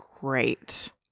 great